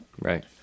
Right